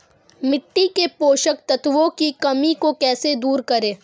मिट्टी के पोषक तत्वों की कमी को कैसे दूर करें?